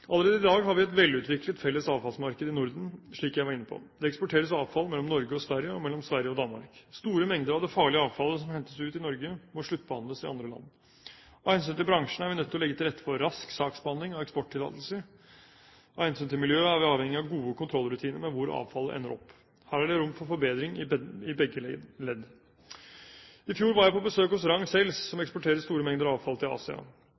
Allerede i dag har vi et velutviklet felles avfallsmarked i Norden, slik jeg var inne på. Det eksporteres avfall mellom Norge og Sverige og mellom Sverige og Danmark. Store mengder av det farlige avfallet som hentes ut i Norge, må sluttbehandles i andre land. Av hensyn til bransjen er vi nødt til å legge til rette for rask saksbehandling av eksporttillatelser. Av hensyn til miljøet er vi avhengige av gode kontrollrutiner med hvor avfallet ender opp. Her er det rom for forbedring i begge ledd. I fjor var jeg på besøk hos Ragn-Sells, som eksporterer store mengder avfall til Asia.